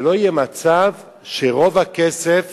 שלא יהיה מצב שרוב הכסף